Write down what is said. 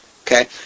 Okay